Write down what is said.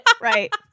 Right